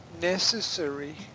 necessary